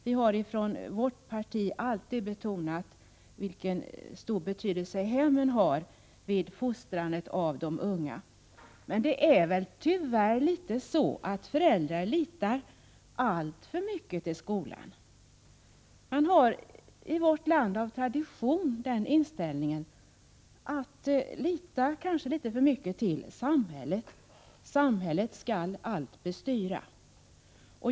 Vi har i vårt parti alltid betonat hemmens stora betydelse vid fostrandet av de unga. Men det är väl tyvärr så att föräldrar litar alltför mycket till skolan. Man har i vårt land av tradition den inställningen att man kanske litar litet för mycket till samhället — samhället skall allt bestyra.